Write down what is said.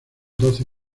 doce